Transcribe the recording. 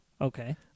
Okay